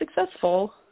successful